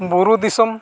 ᱵᱩᱨᱩ ᱫᱤᱥᱚᱢ